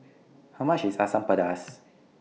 How much IS Asam Pedas